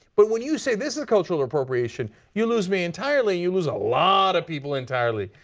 but when you say this is cultural appropriation, you lose me entirely. you lose a lot of people entirely.